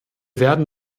werden